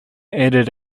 added